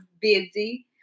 busy